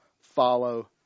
follow